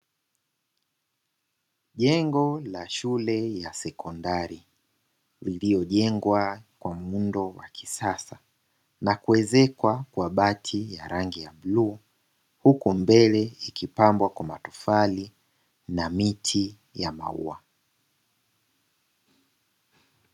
Jengo la shule ya sekondari, iliyojengwa kwa muundo wa kisasa na kuezekwa kwa bati ya rangi ya bluu, huku mbele ikipambwa kwa matofari na miti ya maua.